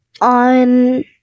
on